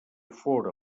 fóra